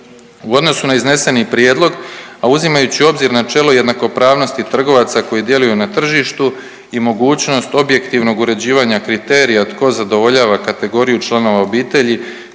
U odnosu na izneseni prijedlog, a uzimajući u obzir načelo jednakopravnosti trgovaca koji djeluju na tržištu i mogućnost objektivnog uređivanja kriterija od tko zadovoljava kategoriju članova obitelji